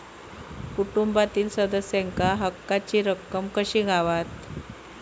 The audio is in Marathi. कुटुंबातील सदस्यांका हक्काची रक्कम कशी गावात?